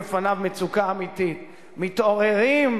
הזה דיבר על מצוקת עוני בלתי נסבלת,